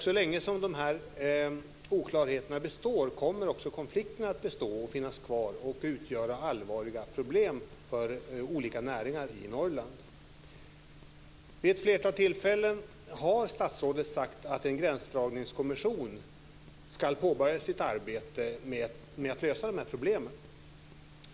Så länge som oklarheterna består kommer också konflikterna att bestå och utgöra allvarliga problem för olika näringar i Norrland. Vid ett flertal tillfällen har ministern sagt att en gränsdragningskommission ska påbörja arbetet med att lösa dessa problem.